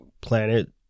planet